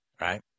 right